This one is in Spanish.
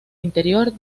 interior